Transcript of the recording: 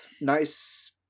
nice